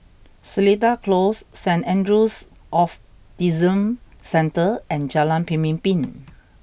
Seletar Close Saint Andrew's Autism Centre and Jalan Pemimpin